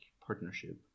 partnership